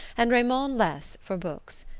and raymond less for books.